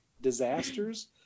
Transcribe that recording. disasters